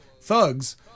thugs